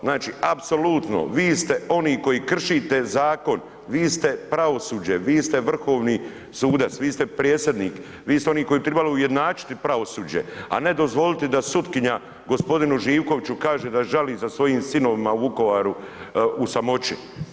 Znači apsolutno vi ste oni koji kršite zakon, vi ste pravosuđe, vi ste vrhovni sudac, vi ste predsjednik, vi ste oni koji bi tribali ujednačiti pravosuđe, a ne dozvoliti da sutkinja gospodinu Živkoviću kaže da žali za svojim sinovima u Vukovaru u samoći.